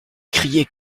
criez